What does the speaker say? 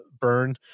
burn